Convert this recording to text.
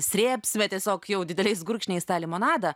srėbsime tiesiog jau dideliais gurkšniais tą limonadą